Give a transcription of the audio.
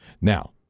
now